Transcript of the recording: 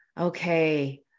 Okay